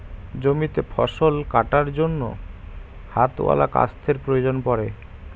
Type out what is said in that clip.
জমিতে ফসল কাটার জন্য হাতওয়ালা কাস্তের প্রয়োজন পড়ে